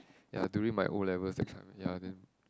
ya during my O-levels that time ya and then